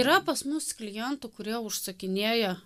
yra pas mus klientų kurie užsakinėja